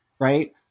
Right